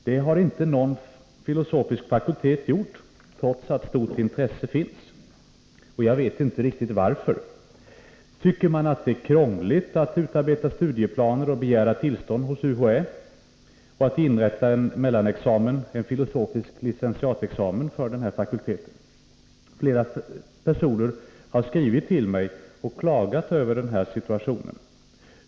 Det har inte någon filosofisk fakultet gjort, trots att stort intresse finns. Jag vet inte riktigt varför. Tycker man att det är krångligt att utarbeta studieplaner och begära tillstånd hos UHÄ och att inrätta en mellanexamen, en filosofie licentiatexamen, för den här fakulteten? Flera personer har skrivit till mig och klagat över situationen.